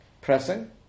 pressing